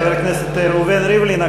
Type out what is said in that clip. חבר הכנסת ראובן ריבלין,